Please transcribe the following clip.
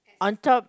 on top